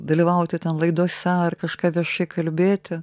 dalyvauti ten laidose ar kažką viešai kalbėti